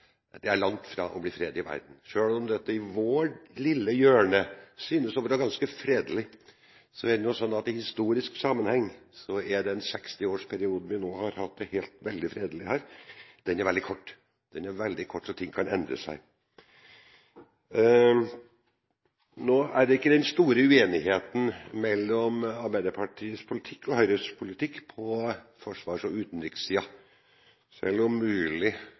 det er langt fra å bli fred i verden. Selv om det i vårt lille hjørne synes å være ganske fredelig, er det nå slik at i historisk sammenheng er den sekstiårsperioden vi nå har hatt det veldig fredelig her, veldig kort. Den er veldig kort, så ting kan endre seg. Det er ikke den store uenigheten mellom Arbeiderpartiets politikk og Høyres politikk på forsvars- og utenrikssiden, selv om